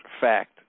fact